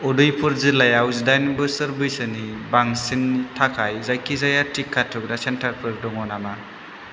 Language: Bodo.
उदयपुर जिल्लायाव जिदाइन बोसोर बैसोनि बांसिननि थाखाय जायखिजाया टिका थुग्रा सेन्टारफोर दङ नामा